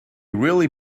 really